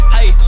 Hey